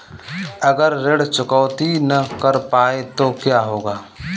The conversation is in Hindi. अगर ऋण चुकौती न कर पाए तो क्या होगा?